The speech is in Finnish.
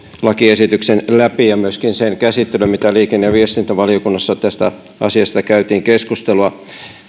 lakiesityksen ja myöskin sen käsittelyn mitä liikenne ja viestintävaliokunnassa tästä asiasta käytiin keskustelua